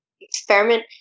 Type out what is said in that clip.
experiment